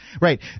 Right